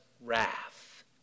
wrath